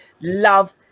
Love